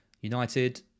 United